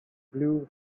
blue